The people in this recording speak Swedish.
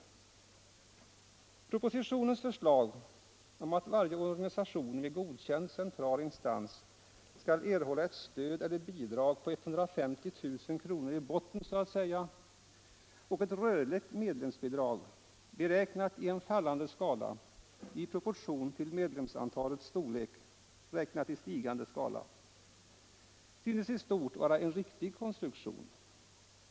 Propositionens förslag om att varje organisation med en godkänd central instans skall erhålla ett stöd eller bidrag på 150 000 kr. i botten så att säga och ett rörligt medlemsbidrag, beräknat i en fallande skala i proportion till medlemsantalets storlek räknat i stigande skala, synes i stort vara en riktig konstruktion.